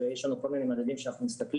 ויש לנו כל מיני מדדים שאנחנו מסתכלים,